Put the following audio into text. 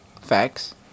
Facts